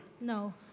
No